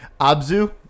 Abzu